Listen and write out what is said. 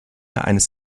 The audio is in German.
eines